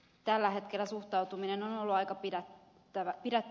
tällä hetkellä suhtautuminen on ollut aika pidättyväistä